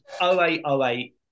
0808